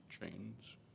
chains